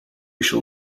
shall